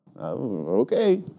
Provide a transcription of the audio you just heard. Okay